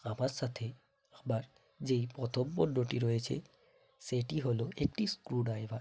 আমার সাথে আমার যেই প্রথম পণ্যটি রয়েছে সেটি হলো একটি স্ক্রু ড্রাইভার